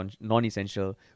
non-essential